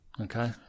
Okay